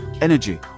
energy